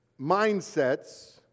mindsets